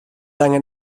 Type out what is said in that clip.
angen